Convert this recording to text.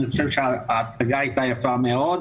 אני חושב שהצגה הייתה יפה מאוד.